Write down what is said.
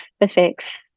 affects